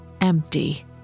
empty